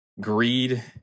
greed